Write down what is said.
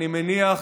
אני מניח,